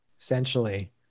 essentially